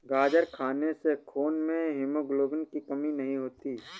गाजर खाने से खून में हीमोग्लोबिन की कमी नहीं होती